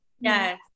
Yes